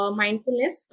mindfulness